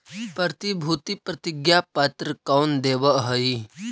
प्रतिभूति प्रतिज्ञा पत्र कौन देवअ हई